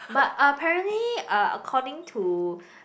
but apparently uh according to